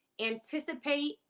anticipate